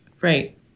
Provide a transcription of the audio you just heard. right